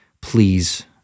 please